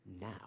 now